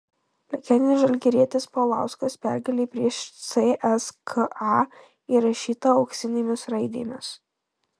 legendinis žalgirietis paulauskas pergalė prieš cska įrašyta auksinėmis raidėmis